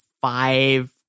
five